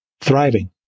thriving